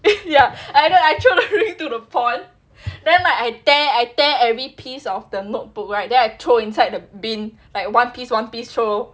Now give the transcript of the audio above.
ya I don't I throw the ring to the pond then like I tear I tear every piece of the notebook right then I throw inside the bin like one piece one piece throw